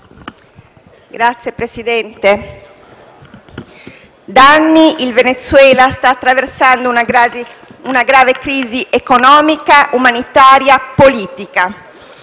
Signor Presidente, da anni il Venezuela sta attraversando una grave crisi economica, umanitaria e politica;